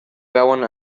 veuen